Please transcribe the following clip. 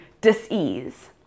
dis-ease